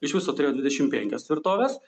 iš viso turėjo dvidešim penkias tvirtoves